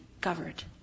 covered